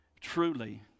truly